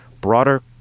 broader